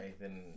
then-